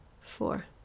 four